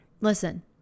listen